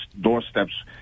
doorsteps